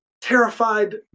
terrified